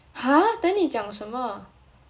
!huh! then 你讲什么